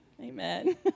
Amen